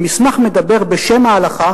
המסמך מדבר בשם ההלכה